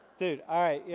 dude, alright. you know,